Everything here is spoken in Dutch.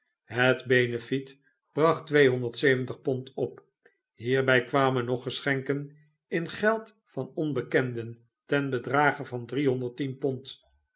het benefiet bracht op hierby kwamen nog geschenken in geld van onbekenden ten bedrage van pond